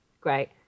Great